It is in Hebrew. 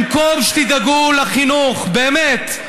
במקום שתדאגו לחינוך באמת,